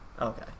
Okay